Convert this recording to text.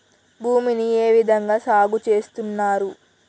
భూమిని ఏ విధంగా సాగు చేస్తున్నారు?